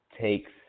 takes